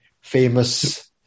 famous